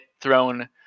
thrown